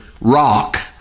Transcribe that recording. rock